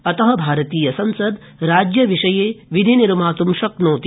अत भारतीयसंसद राज्यविषये विधिनिर्मात् शक्नोति